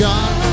God